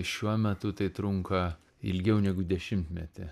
šiuo metu tai trunka ilgiau negu dešimtmetį